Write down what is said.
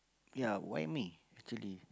ya why me actually